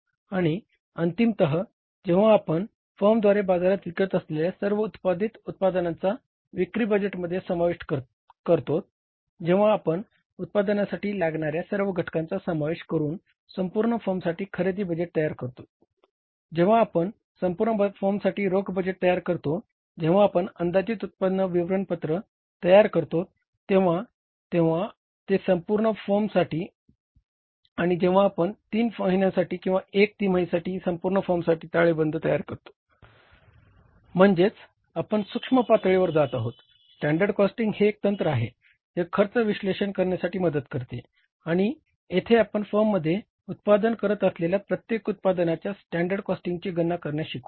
आणि अंतिमतः जेव्हा आपण फर्मद्वारे बाजारात विकत असलेल्या सर्व उत्पादित उत्पादनांचा विक्री बजेटमध्ये समाविष्ट करतोत जेव्हा आपण उत्पादनासाठी लागणाऱ्या सर्व घटकांचा समावेश करून संपूर्ण फर्मसाठी खरेदी बजेट तयार करतो जेव्हा आपण संपूर्ण फर्मसाठी रोख बजेट तयार करतो जेंव्हा आपण अंदाजित उत्पन्न विवरणपत्र तयार करतो म्हणजे आपण सूक्ष्म पातळीवर जात आहोत स्टॅंडर्ड कॉस्टिंग हे एक तंत्र आहे जे खर्च विश्लेषण करण्यासाठी मदत करते आणि येथे आपण फर्ममध्ये उत्पादन करत असलेल्या प्रत्येक उत्पादनाच्या स्टॅंडर्ड कॉस्टिंगची गणना करण्यास शिकू